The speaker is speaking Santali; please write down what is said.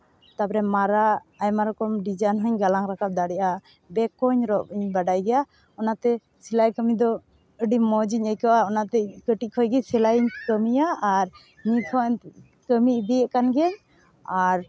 ᱛᱟᱯᱚᱨᱮ ᱢᱟᱨᱟᱜ ᱟᱭᱢᱟ ᱨᱚᱠᱚᱢ ᱰᱤᱡᱟᱭᱤᱱ ᱦᱚᱧ ᱜᱟᱞᱟᱝ ᱨᱟᱠᱟᱵ ᱫᱟᱲᱮᱭᱟᱜᱼᱟ ᱵᱮᱜᱽ ᱠᱚᱦᱚᱧ ᱨᱚᱜᱼᱤᱧ ᱵᱟᱰᱟᱭ ᱜᱮᱭᱟ ᱚᱱᱟ ᱛᱮ ᱥᱮᱞᱟᱭ ᱠᱟᱹᱢᱤ ᱫᱚ ᱟᱹᱰᱤ ᱢᱚᱡᱤᱧ ᱟᱹᱭᱠᱟᱹᱣᱟ ᱚᱱᱟᱛᱮ ᱠᱟᱹᱴᱤᱡ ᱠᱷᱚᱱ ᱜᱮ ᱥᱮᱞᱟᱭᱤᱧ ᱠᱟᱹᱢᱤᱭᱟ ᱟᱨ ᱱᱤᱛ ᱦᱚᱸ ᱠᱟᱹᱢᱤ ᱤᱫᱤᱭᱮᱫ ᱠᱟᱱ ᱜᱤᱭᱟᱹᱧ ᱟᱨ